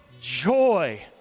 joy